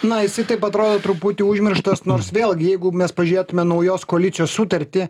na jisai taip atrodo truputį užmirštas nors vėlgi jeigu mes pažėtume naujos koalicijos sutartį